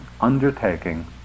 undertaking